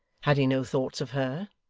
had he no thoughts of her,